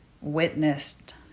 witnessed